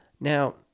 Now